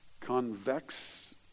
convex